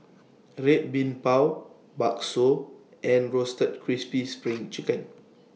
Red Bean Bao Bakso and Roasted Crispy SPRING Chicken